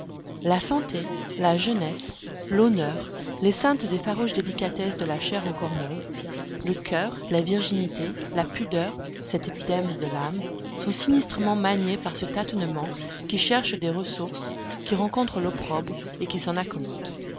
la santé la jeunesse l'honneur les saintes et farouches délicatesses de la chair encore neuve le coeur la virginité la pudeur cet épiderme de l'âme sont sinistrement maniés par ce tâtonnement qui cherche des ressources qui rencontre l'opprobre et qui s'en accommode